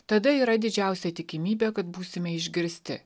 tada yra didžiausia tikimybė kad būsime išgirsti